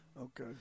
okay